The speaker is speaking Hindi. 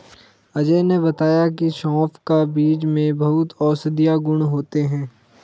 अजय ने बताया की सौंफ का बीज में बहुत औषधीय गुण होते हैं